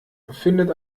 findet